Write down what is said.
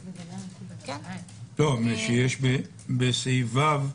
כי יש בסעיף (ו),